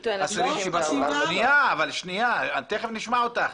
היא טוענת 34. 34. תכף נשמע אותך.